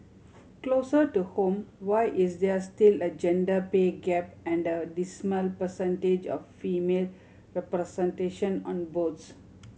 closer to home why is there still a gender pay gap and a dismal percentage of female representation on boards